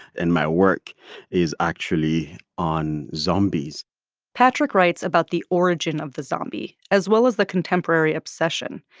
and my work is actually on zombies patrick writes about the origin of the zombie as well as the contemporary obsession.